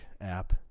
app